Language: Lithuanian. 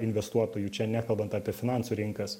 investuotojų čia nekalbant apie finansų rinkas